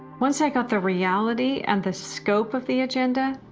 once i got the reality and the scope of the agenda,